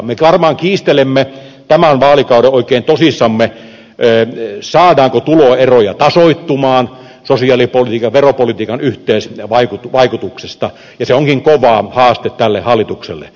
me varmaan kiistelemme tämän vaalikauden oikein tosissamme saadaanko tuloeroja tasoittumaan sosiaalipolitiikan ja veropolitiikan yhteisvaikutuksesta ja se onkin kova haaste tälle hallitukselle